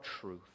truth